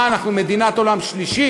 מה, אנחנו מדינת עולם שלישי?